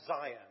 Zion